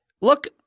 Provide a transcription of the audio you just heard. look